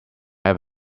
have